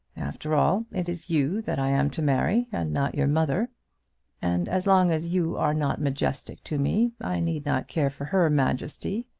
after all, it is you that i am to marry, and not your mother and as long as you are not majestic to me, i need not care for her majesty.